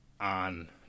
on